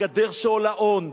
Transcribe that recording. הגדר שעולה הון,